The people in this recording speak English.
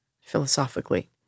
philosophically